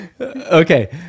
Okay